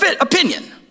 opinion